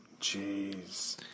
Jeez